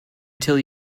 till